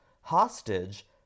Hostage